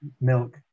milk